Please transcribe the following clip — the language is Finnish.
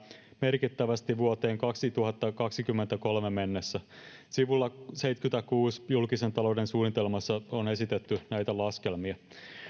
merkittävästi vuoteen kaksituhattakaksikymmentäkolme mennessä sivulla seitsemänkymmenenkuuden julkisen talouden suunnitelmassa on on esitetty näitä laskelmia